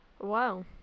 Wow